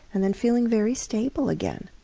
and then feeling very stable again.